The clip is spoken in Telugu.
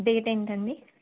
డేట్ ఏంటండి